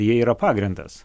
jie yra pagrindas